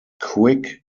quick